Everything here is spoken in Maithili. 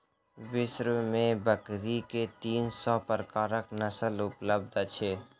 विश्व में बकरी के तीन सौ प्रकारक नस्ल उपलब्ध अछि